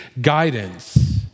guidance